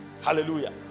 Hallelujah